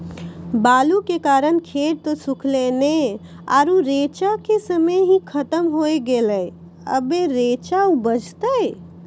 बालू के कारण खेत सुखले नेय आरु रेचा के समय ही खत्म होय गेलै, अबे रेचा उपजते?